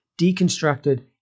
deconstructed